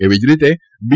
એવી જ રીતે બી